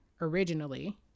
originally